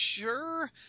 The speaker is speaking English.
sure